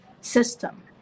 system